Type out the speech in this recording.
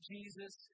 Jesus